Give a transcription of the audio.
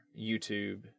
YouTube